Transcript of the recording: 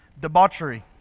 debauchery